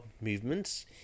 movements